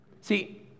See